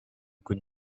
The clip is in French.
coûte